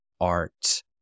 art